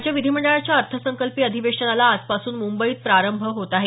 राज्य विधीमंडळाच्या अर्थसंकल्पीय अधिवेशनाला आजपासून मुंबईत प्रारंभ होत आहे